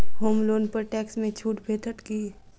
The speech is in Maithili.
होम लोन पर टैक्स मे छुट भेटत की